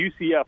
UCF